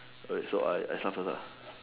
wait so I I start first